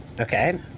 okay